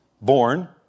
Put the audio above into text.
born